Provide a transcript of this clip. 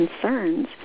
concerns